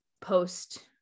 post